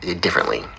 Differently